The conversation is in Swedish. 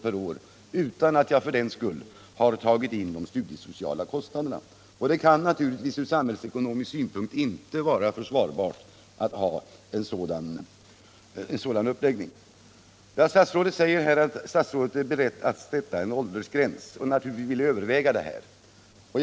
per år, utan att jag för den skull har tagit in de studiesociala kostnaderna. Det kan naturligtvis ur samhällsekonomisk synpunkt inte vara försvarbart att ha en sådan uppläggning. Statsrådet säger här att han är beredd att sätta en åldersgräns men naturligtvis vill överväga frågan.